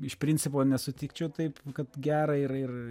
iš principo nesutikčiau taip kad gera ir ir